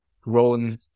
grown